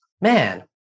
man